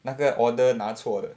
那个 order 拿错的